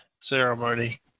ceremony